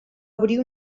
obrir